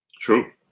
True